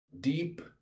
deep